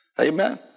Amen